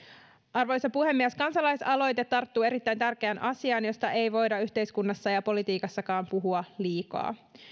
arvoisa puhemies kansalaisaloite tarttuu erittäin tärkeään asiaan josta ei voida yhteiskunnassa ja politiikassakaan puhua liikaa